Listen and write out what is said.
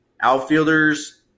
Outfielders